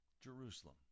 Jerusalem